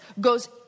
goes